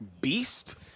Beast